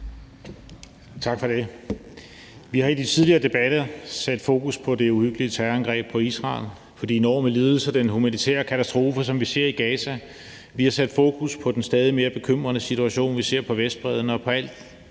Tak for det. Vi har i tidligere de tidligere debatter sat fokus på det uhyggelige terrorangreb på Israel og på de enorme lidelser og den humanitære katastrofe, som vi ser i Gaza. Vi har sat fokus på den stadig mere bekymrende situation, vi ser på Vestbredden, og på de